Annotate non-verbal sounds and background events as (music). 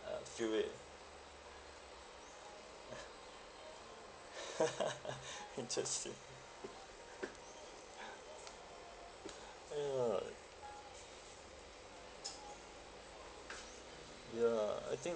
uh feel it (laughs) interesting (breath) ah ya ya I think